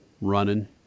running